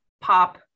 pop